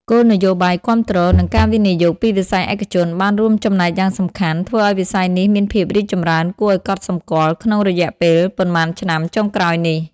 គោលនយោបាយគាំទ្រ និងការវិនិយោគពីវិស័យឯកជនបានរួមចំណែកយ៉ាងសំខាន់ ធ្វើឱ្យវិស័យនេះមានភាពរីកចម្រើនគួរឱ្យកត់សម្គាល់ក្នុងរយៈពេលប៉ុន្មានឆ្នាំចុងក្រោយនេះ។